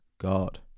God